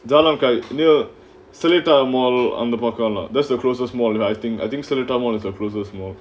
jalan kayu near seletar model அந்த பக்கம்லா:antha pakkamlaa lah that's the closest smaller I think I think seletar mall is a process more